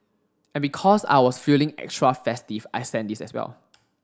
and because I was feeling extra festive I sent this as well